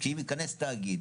שאם ייכנס תאגיד,